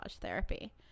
therapy